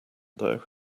though